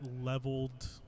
leveled